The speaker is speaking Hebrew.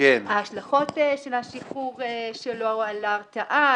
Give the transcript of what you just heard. ההשלכות של השחרור שלו על ההרתעה,